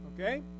Okay